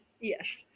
Yes